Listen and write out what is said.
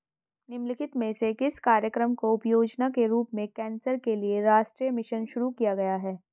निम्नलिखित में से किस कार्यक्रम को उपयोजना के रूप में कैंसर के लिए राष्ट्रीय मिशन शुरू किया गया है?